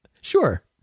sure